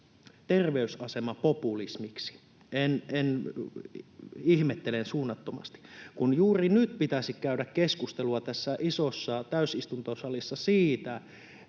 terveysasemapopulismiksi. Ihmettelen suunnattomasti. Juuri nyt pitäisi käydä keskustelua tässä isossa täysistuntosalissa siitä,